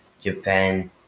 Japan